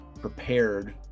prepared